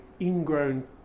ingrown